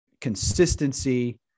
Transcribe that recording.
consistency